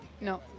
No